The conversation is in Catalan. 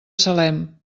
salem